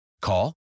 Call